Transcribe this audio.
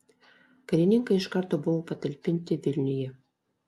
karininkai iš karto buvo patalpinti vilniuje